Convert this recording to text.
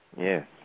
Yes